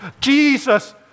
Jesus